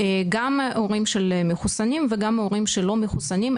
גם הורים של מחוסנים וגם הורים של לא מחוסנים,